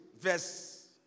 verse